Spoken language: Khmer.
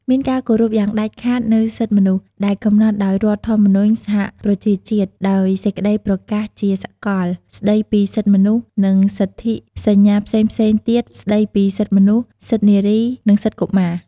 មានការគោរពយ៉ាងដាច់ខាតនូវសិទ្ធិមនុស្ស ដែលកំណត់ដោយធម្មនុញ្ញសហប្រជាជាតិ ដោយសេចក្តីប្រកាសជាសកល ស្តីពីសិទ្ធិមនុស្ស និងសន្ធិសញ្ញាផ្សេងៗទៀត ស្តីពីសិទ្ធិមនុស្ស សិទ្ធិនារី និងសិទ្ធិកុមារ។